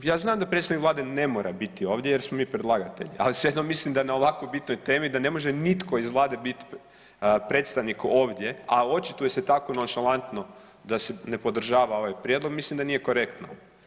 Ja znam da predstavnik Vlade ne mora biti ovdje jer smo mi predlagatelji, ali svejedno mislim da na ovako bitnoj temi da ne može nitko iz Vlade bit predstavnik ovdje, a očituje se tako nonšalantno da se ne podržava ovaj prijedlog mislim da nije korektno.